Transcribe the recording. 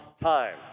time